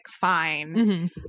fine